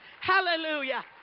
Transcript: Hallelujah